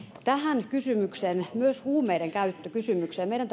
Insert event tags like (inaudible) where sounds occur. tähän kysymykseen myös huumeidenkäyttökysymykseen meidän (unintelligible)